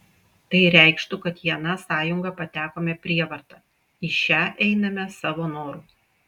tai reikštų kad į aną sąjungą patekome prievarta į šią einame savo noru